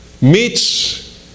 meets